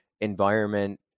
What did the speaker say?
environment